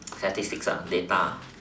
statistics lah data